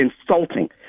insulting